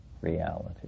reality